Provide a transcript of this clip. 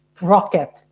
rocket